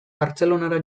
bartzelonara